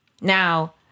Now